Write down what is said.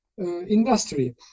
industry